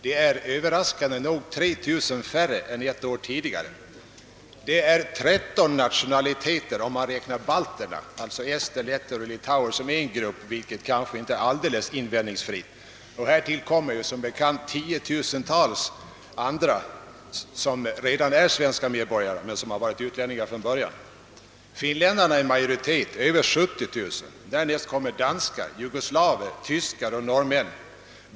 De är, överraskande nog, 3 000 färre än ett år tidigare. De tillhör tretton nationaliteter, om balterna — det vill säga ester, letter och litauer — räknas som en grupp, vilket dock kanske inte är alldeles invändningsfritt. Härtill kommer som bekant tiotusentals andra, som redan är svenska medborgare men som från början varit utlänningar. Finländarna är i majoritet med över 70 000, därnäst kommer danskar, jugoslaver, tyskar och norrmän.